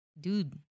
dude